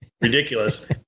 ridiculous